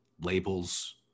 labels